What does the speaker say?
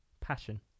Passion